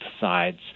sides